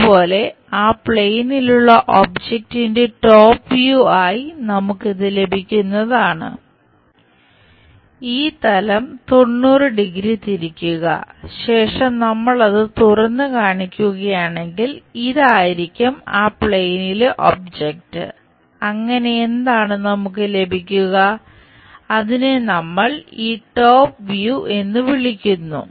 അതുപോലെ ആ പ്ലെയിനിലുള്ള ഒബ്ജെക്ടിന്റെ ടോപ് വ്യൂ ആയി നമുക്ക് ഇത് ലഭിക്കുന്നതാണ് ഈ തലം എന്ന് വിളിക്കുന്നു